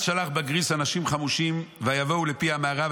אז שלח בגריס אנשים חמושים, ויבואו על פי המערה.